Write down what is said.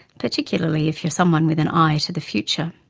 particularly if you are someone with an eye to the future.